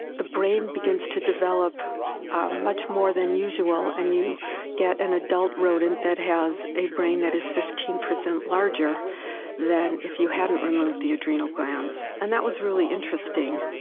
the brain begins to develop much more than usual, and you get an adult rodent that has a brain that is fifteen percent larger than if you hadn't removed the adrenal glands. and that was really interesting,